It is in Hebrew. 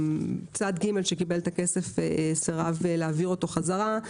וצד ג' שקיבל את הכסף סירב להעבירו חזרה.